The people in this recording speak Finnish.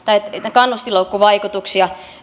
kannustinloukkuvaikutuksia